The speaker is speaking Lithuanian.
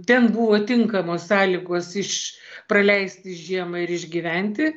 ten buvo tinkamos sąlygos iš praleisti žiemą ir išgyventi